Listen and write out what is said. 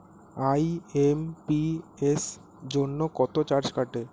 IMPS জন্য কত charge কাটে?